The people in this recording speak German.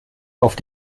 auf